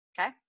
okay